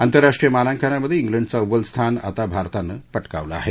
आंतरराष्ट्रीय मानांकनामधे इंग्लंडचं अव्वल स्थान आता भारतानं पटकावलं आहे